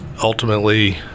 ultimately